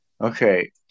Okay